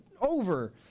over